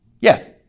Yes